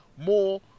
more